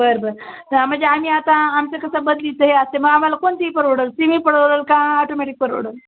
बरं बरं तं म्हणजे आम्ही आता आमचं कसं बदलीचं हे असतंय मग आम्हाला कोणती परवडंल सेमी परवडेल का ऑटोमॅटिक परवडेल